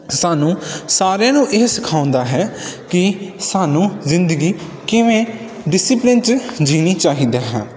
ਸਾਨੂੰ ਸਾਰਿਆਂ ਨੂੰ ਇਹ ਸਿਖਾਉਂਦਾ ਹੈ ਕਿ ਸਾਨੂੰ ਜ਼ਿੰਦਗੀ ਕਿਵੇਂ ਡਿਸਿਪਲਨ 'ਚ ਜੀਣੀ ਚਾਹੀਦਾ ਹੈ